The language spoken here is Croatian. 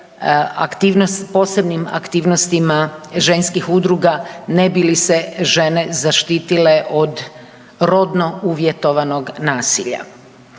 posebnim aktivnostima ženskih udruga ne bi li se žene zaštitile od rodno uvjetovanog nasilja.